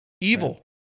Evil